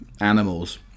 animals